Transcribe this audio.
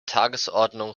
tagesordnung